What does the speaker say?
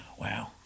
wow